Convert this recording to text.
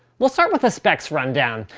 we'll start with a specs rundown.